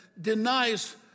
denies